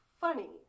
funny